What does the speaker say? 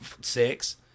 six